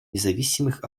независимых